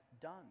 done